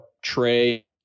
Trey